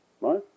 right